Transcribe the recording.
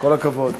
כל הכבוד.